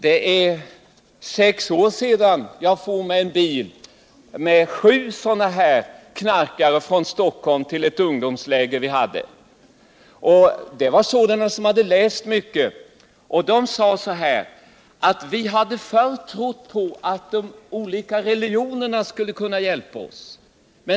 Det är sex år sedan jag for med bil med sju knarkare från Stockholm till ett ungdomsläger. Det var sådana som hade läst mycket. De sade: Vi har förr - Nr 160 trott att de olika religionerna skulle kunna hjälpa oss.